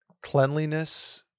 cleanliness